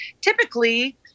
typically